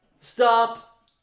stop